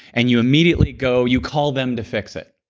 and you immediately go, you call them to fix it.